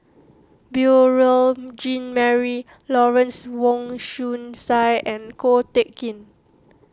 Beurel Jean Marie Lawrence Wong Shyun Tsai and Ko Teck Kin